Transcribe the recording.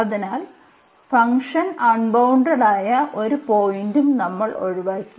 അതിനാൽ ഫംഗ്ഷൻ അൺബൌണ്ടഡായ ഒരു പോയിന്റും നമ്മൾ ഒഴിവാക്കി